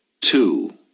two